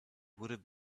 would